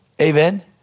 amen